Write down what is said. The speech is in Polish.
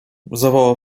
zawołał